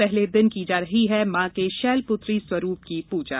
पहले दिन की जा रही है मां के शैलपुत्रि स्वरूप की पूजा